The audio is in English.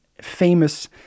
famous